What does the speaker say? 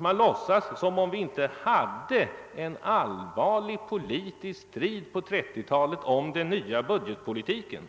Man låtsas som om det inte förekom en allvarlig politisk strid på 1930-talet om den nya budgetpolitiken.